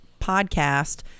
podcast